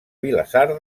vilassar